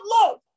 Lord